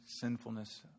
sinfulness